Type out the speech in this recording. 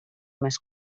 més